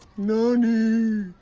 no, no,